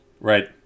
Right